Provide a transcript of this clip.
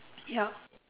yup